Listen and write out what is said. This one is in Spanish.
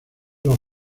los